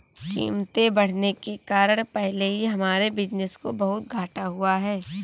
कीमतें बढ़ने के कारण पहले ही हमारे बिज़नेस को बहुत घाटा हुआ है